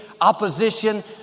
opposition